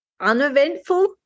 uneventful